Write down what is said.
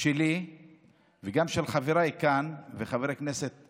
שלי וגם של חבריי כאן, וחבר הכנסת